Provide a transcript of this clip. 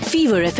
Fever